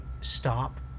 stop